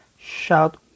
shout